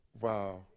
Wow